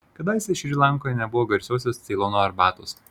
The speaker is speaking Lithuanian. kadaise šri lankoje nebuvo garsiosios ceilono arbatos